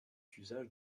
usage